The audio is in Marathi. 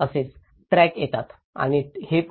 असेच ट्रक येतात आणि हे होते